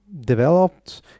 developed